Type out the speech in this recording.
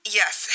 yes